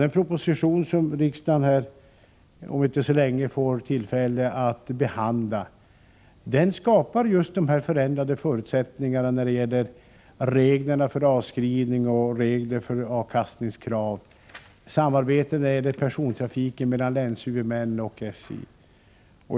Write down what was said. Den proposition som riksdagen om en liten tid får tillfälle att behandla — Nr 105 skapar just de förändrade förutsättningar som behövs när det gäller regler för Måndagen den avskrivning, regler för avkastningskrav och samarbete rörande persontrafi 25 mars 1985 ken mellan länshuvudmännen och SJ.